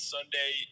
Sunday